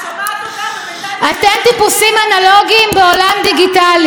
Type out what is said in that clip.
ולא מבינים שיש גם תשובות שונות.